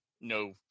no